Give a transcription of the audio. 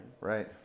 right